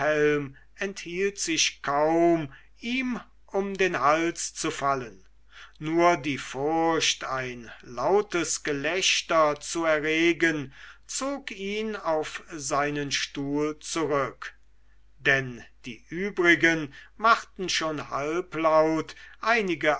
enthielt sich kaum ihm um den hals zu fallen nur die furcht ein lautes gelächter zu erregen zog ihn auf seinen stuhl zurück denn die übrigen machten schon halblaut einige